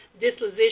Disposition